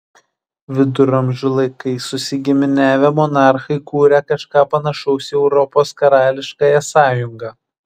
viduramžių laikais susigiminiavę monarchai kūrė kažką panašaus į europos karališkąją sąjungą